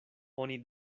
oni